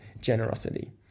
generosity